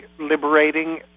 liberating